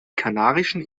kanarischen